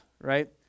right